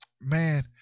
Man